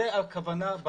זו הכוונה,